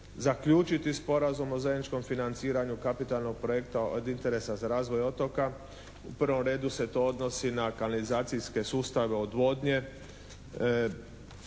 zaključiti sporazum o zajedničkom financiranju kapitalnog projekta od interesa za razvoj otoka. U prvom redu se to odnosi na kanalizacijske sustave odvodnje.